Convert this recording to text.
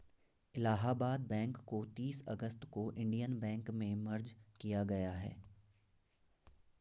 Allahabad bank को तीस अगस्त को इन्डियन बैंक में मर्ज किया गया है